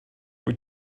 wyt